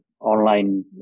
online